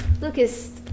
Lucas